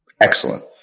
Excellent